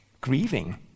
grieving